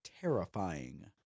terrifying